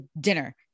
dinner